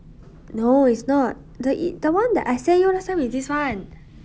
no is not the E~ the [one] that I sent you last time is this [one]